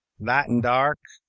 lighten dark,